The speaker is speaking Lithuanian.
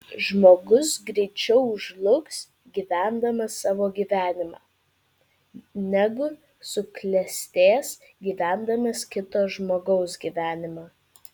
žmogus greičiau žlugs gyvendamas savo gyvenimą negu suklestės gyvendamas kito žmogaus gyvenimą